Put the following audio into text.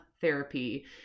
therapy